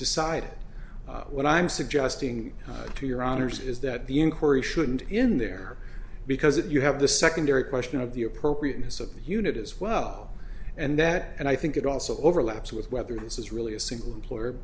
decided what i'm suggesting to your honor's is that the inquiry shouldn't in there because it you have the secondary question of the appropriateness of the unit as well and that and i think it also overlaps with whether this is really a single employer